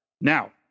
Now